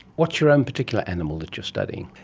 what's your own particular animal that you are studying?